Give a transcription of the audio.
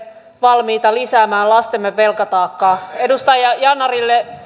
valmiita lisäämään lastemme velkataakkaa edustaja yanarille